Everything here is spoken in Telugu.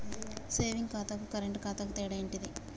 సేవింగ్ ఖాతాకు కరెంట్ ఖాతాకు తేడా ఏంటిది?